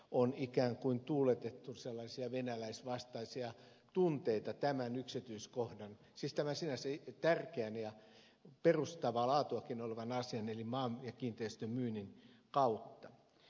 on ikään kuin tuuletettu sellaisia venäläisvastaisia tunteita tämän yksityiskohdan tämän sinänsä tärkeän ja perustavaa laatua olevan asian eli maan ja kiinteistöjen myynnin kautta